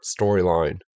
storyline